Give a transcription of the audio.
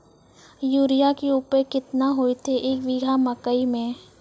Urea के उपयोग केतना होइतै, एक बीघा मकई मे?